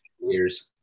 years